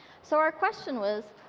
so our question was,